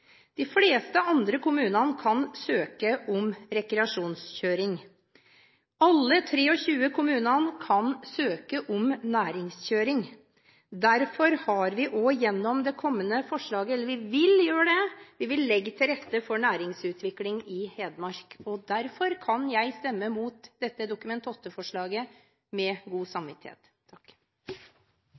De fleste andre kommunene kan søke om rekreasjonskjøring. Alle 23 kommunene kan søke om næringskjøring. Derfor vil vi gjennom det kommende forslaget legge til rette for næringsutvikling i Hedmark, og derfor kan jeg stemme mot dette Dokument 8-forslaget med god